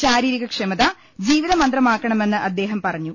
ശാരീരിക ക്ഷമത ജീവിത മന്ത്രമാ ക്കണമെന്ന് അദ്ദേഹം പറഞ്ഞു